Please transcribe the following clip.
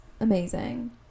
Amazing